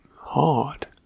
hard